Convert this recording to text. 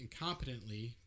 incompetently